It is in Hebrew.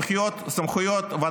תועבר רשימת המוסדות